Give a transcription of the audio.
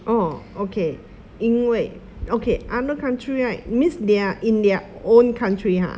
orh okay 因为 okay other country right means they are in their own country ha